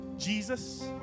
Jesus